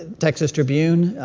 texas tribune.